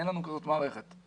אין לנו מערכת כזאת.